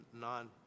non